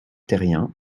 terrien